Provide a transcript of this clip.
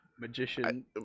magician